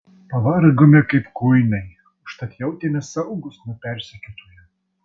pavargome kaip kuinai užtat jautėmės saugūs nuo persekiotojų